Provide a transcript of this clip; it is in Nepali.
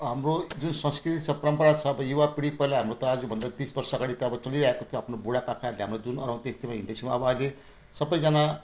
अब हाम्रो जुन संस्कृति छ परम्परा छ अब युवापिँढी पहिला हाम्रो त आजभन्दा तिस वर्षअगाडि त अब चलिआएको थियो आफ्नो बुढापाकाले हाम्रो जुन अराउँथे त्यसैमा हिँडैछौँ अब अहिले सबैजना